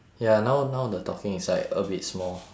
ya now now the talking is like a bit small